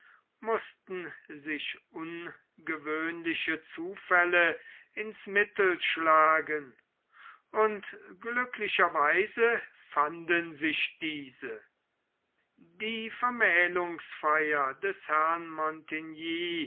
mußten sich ungewöhnliche zufälle ins mittel schlagen und glücklicherweise fanden sich diese die vermählungsfeier des herrn